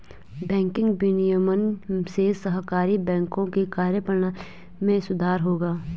banking विनियमन से सहकारी बैंकों की कार्यप्रणाली में सुधार होगा